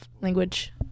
language